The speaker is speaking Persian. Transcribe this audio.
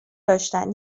داشتن